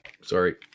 Sorry